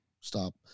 stop